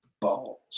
Balls